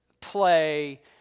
play